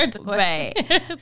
Right